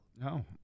No